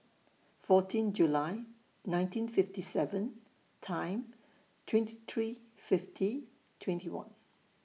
fourteen July nineteen fifty seven Time twenty three fifty twenty one